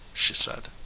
she said.